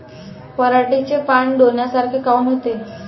पराटीचे पानं डोन्यासारखे काऊन होते?